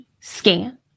scan